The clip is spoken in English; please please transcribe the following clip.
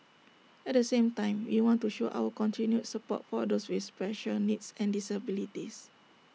at the same time we want to show our continued support for those with special needs and disabilities